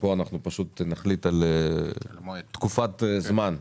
פה נחליט על תקופת זמן,